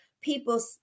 people